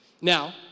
Now